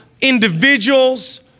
individuals